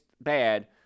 bad